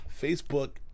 Facebook